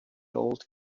old